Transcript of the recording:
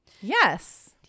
Yes